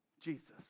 Jesus